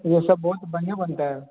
तो वह सब बहुत बढ़िया बनता है